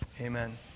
Amen